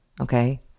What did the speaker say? Okay